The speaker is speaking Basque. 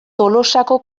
tolosako